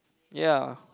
ya